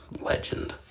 legend